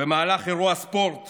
במהלך אירוע ספורט